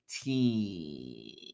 Team